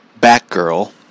Batgirl